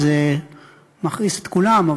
וזה מכעיס את כולם,